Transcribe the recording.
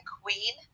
queen